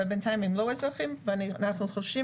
אבל בינתיים הם לא אזרחים ואנחנו חושבים